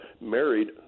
married